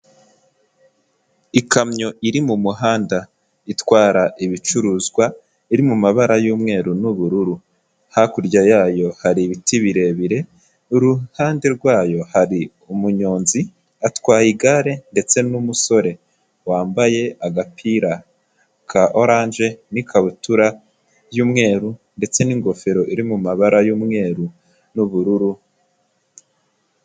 Ikamyo iri mu muhanda itwara ibicuruzwa iri mu mabara y'umweru n'ubururu, hakurya yayo hari ibiti birebire, ku ruhande rwayo hari umunyonzi atwaye igare ndetse n'umusore wambaye agapira ka oranje n'ikabutura y'umweru ndetse n'ingofero iri mu mabara y'umweru n'ubururu.